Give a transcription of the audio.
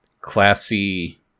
classy